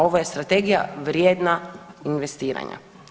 Ovo je strategija vrijedna investiranja.